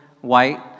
white